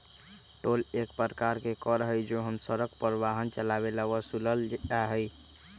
toll एक प्रकार के कर हई जो हम सड़क पर वाहन चलावे ला वसूलल जाहई